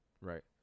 Right